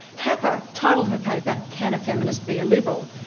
tapper titled her paper, can a feminist be a liberal?